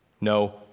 no